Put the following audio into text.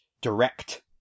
direct